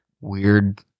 weird